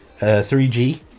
3G